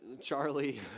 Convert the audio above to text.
Charlie